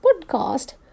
podcast